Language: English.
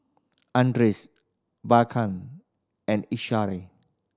Anders Brycen and Ishaan